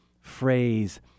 phrase